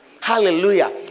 Hallelujah